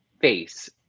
face